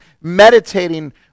meditating